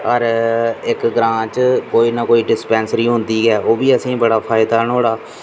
हर इक ग्रांऽ च कोई ना कोई डिस्पैंस्री होंदी ऐ ओह् बी असेंगी बड़ा फायदा ऐ